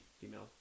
female